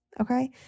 Okay